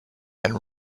and